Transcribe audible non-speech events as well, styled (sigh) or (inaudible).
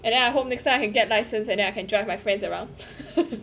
and then I hope next time I can get license and then I can drive my friends around (laughs)